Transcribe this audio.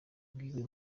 rwiwe